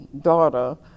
daughter